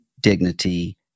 dignity